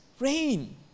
rain